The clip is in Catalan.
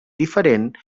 diferent